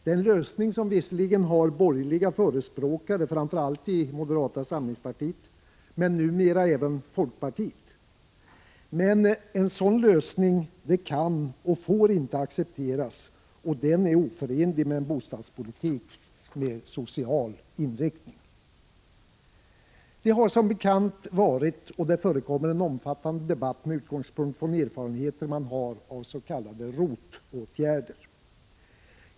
Det är en lösning som visserligen har borgerliga förespråkare, framför allt i det moderata samlingspartiet och numera även i folkpartiet, men en sådan lösning kan och får inte accepteras, och den är oförenlig med en bostadspolitik med social inriktning. Det har som bekant förekommit, och förekommer, en omfattande debatt med utgångspunkt i erfarenheter som man har av olika s.k. ROT-åtgärder.